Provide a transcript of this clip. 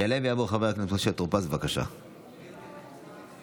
להלן תוצאות ההצבעה: 18 בעד, אין מתנגדים,